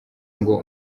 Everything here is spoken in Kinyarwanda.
ngo